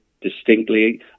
distinctly